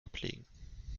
ablegen